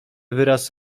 wyraz